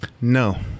no